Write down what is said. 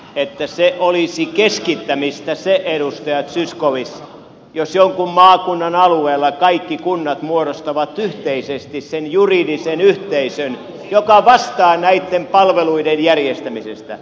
että se olisi keskittämistä se edustaja zyskowicz jos jonkun maakunnan alueella kaikki kunnat muodostavat yhteisesti sen juridisen yhteisön joka vastaa näitten palveluiden järjestämisestä